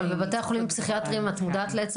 אבל בבתי החולים הפסיכיאטריים את מודעת לעצם